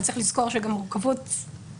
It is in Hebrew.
אבל צריך לזכור גם את מורכבות התיקים,